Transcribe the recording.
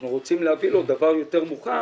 אנחנו רוצים להביא לו דבר יותר מוכן